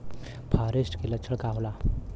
फारेस्ट के लक्षण का होला?